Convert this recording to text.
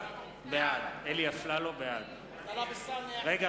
בעד אליהו ישי,